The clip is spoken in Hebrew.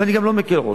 ואני גם לא מקל ראש.